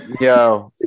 Yo